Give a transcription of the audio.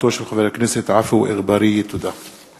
ברשות יושב-ראש הישיבה,